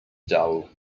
dull